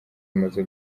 amaze